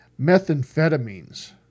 Methamphetamines